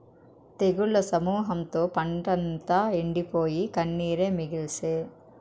తెగుళ్ల సమూహంతో పంటంతా ఎండిపోయి, కన్నీరే మిగిల్సే